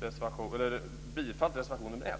reservation nr 1.